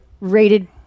rated